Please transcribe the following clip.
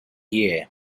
year